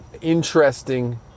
interesting